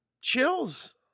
chills